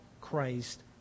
Christ